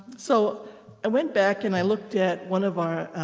so i went back and i looked at one of our